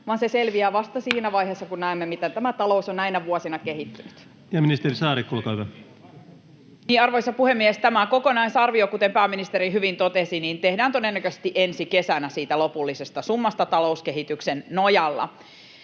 vaan se selviää vasta siinä vaiheessa, kun näemme, miten talous on näinä vuosina kehittynyt. Ja ministeri Saarikko, olkaa hyvä. Arvoisa puhemies! Tämä kokonaisarvio, kuten pääministeri hyvin totesi, tehdään todennäköisesti ensi kesänä siitä lopullisesta summasta talouskehityksen nojalla.